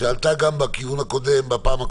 שעלתה לצערי גם בפעם הקודמת,